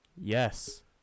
Yes